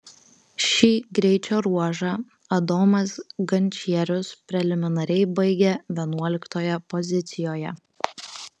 šį greičio ruožą adomas gančierius preliminariai baigė vienuoliktoje pozicijoje